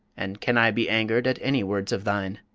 and can i be angered at any words of thine?